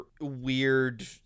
weird